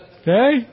Okay